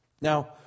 Now